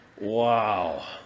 wow